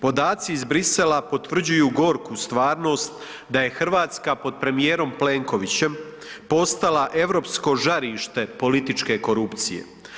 Podaci iz Bruxellesa potvrđuju gorku stvarnost, da je Hrvatska pod premijerom Plenkovićem postala europsko žarište političke korupcije.